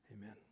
amen